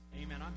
amen